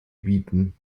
bieten